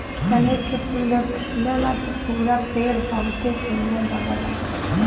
कनेर के फूल जब खिलला त पूरा पेड़ बहुते सुंदर लगला